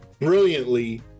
brilliantly